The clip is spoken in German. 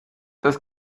das